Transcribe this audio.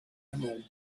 emerald